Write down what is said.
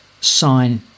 sign